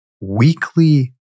weekly